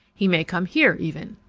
he may come here, even.